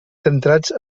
centrats